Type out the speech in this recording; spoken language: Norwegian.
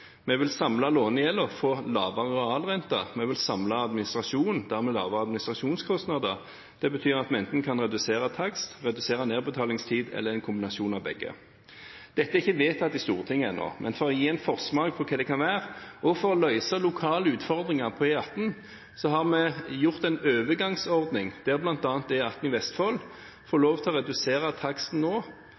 Vi vil samle lånegjelden og få lavere realrenter, og vi vil samle administrasjonen og dermed få lavere administrasjonskostnader. Det betyr at vi enten kan redusere takst eller redusere nedbetalingstid, eller ha en kombinasjon av begge. Dette er ikke vedtatt i Stortinget ennå. Men for å gi en forsmak på hva det kan være, og for å løse lokale utfordringer på E18, har vi lagd en overgangsordning der bl.a. E18 i Vestfold får lov til å redusere taksten nå.